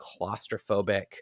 claustrophobic